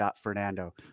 Fernando